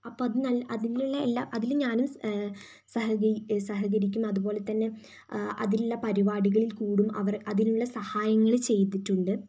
അപ്പം അത് അതിലുള്ള എല്ലാ അതിൽ ഞാനും സഹകരിക്കും അതുപോലെ തന്നെ അതിലുള്ള പരിപാടികളിൽ കൂടും അവർ അതിനുള്ള സഹായങ്ങൾ ചെയ്തിട്ടുണ്ട്